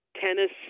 Tennis